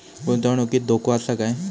गुंतवणुकीत धोको आसा काय?